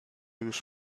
już